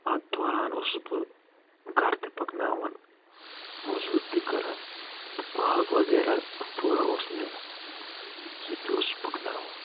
اتھ دوران اوسُس بہٕ گرٕ تہِ پکناوان موٚضوٗرۍ تہِ کران تہٕ باغ وغیرہ تھوڑا اوس مےٚ سُہ تہِ اوسُس پکناوان